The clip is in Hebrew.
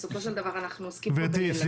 בסופו של דבר אנחנו עוסקים פה בילדים.